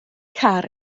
car